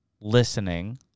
listening